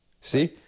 See